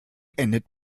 endet